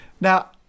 Now